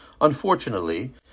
Unfortunately